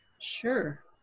Sure